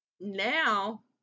now